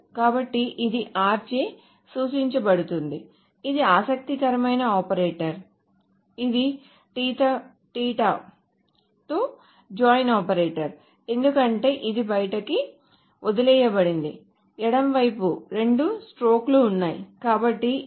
కాబట్టి ఇది r చే సూచించబడుతుంది ఇది ఆసక్తికరమైన ఆపరేటర్ ఇది తీటాతో జాయిన్ ఆపరేటర్ ఎందుకంటే ఇది బయటికి వదిలివేయబడింది ఎడమవైపు రెండు స్ట్రోకులు ఉన్నాయి కాబట్టి ఇది